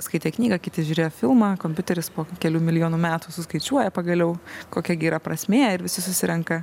skaitė knygą kiti žiūrėjo filmą kompiuteris po kelių milijonų metų suskaičiuoja pagaliau kokia gi yra prasmė ir visi susirenka